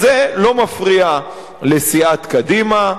אז זה לא מפריע לסיעת קדימה,